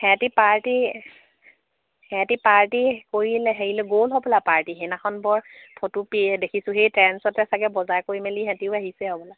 সিহঁতি পাৰ্টি সিহঁতি পাৰ্টি কৰিলে হেৰিলে গ'ল হ'বলা পাৰ্টি সেইদিনাখন বৰ ফটো দেখিছোঁ সেই ট্ৰেঞ্চতে চাগে বজাৰ কৰি মেলি সিহঁতিও আহিছে